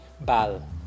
BAL